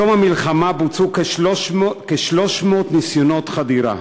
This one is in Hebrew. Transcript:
מתום המלחמה בוצעו כ-300 ניסיונות חדירה.